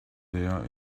there